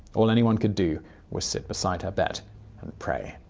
all anyone could do was sit beside her bed and pray.